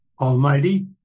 Almighty